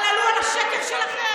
אבל עלו על השקר שלכם?